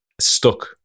stuck